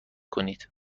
کنید